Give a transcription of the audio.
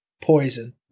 Poison